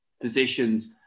positions